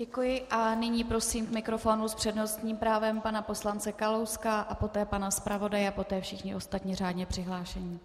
Děkuji a nyní prosím k mikrofonu s přednostním právem pana poslance Kalouska a poté pana zpravodaje a poté všechny ostatní řádně přihlášené.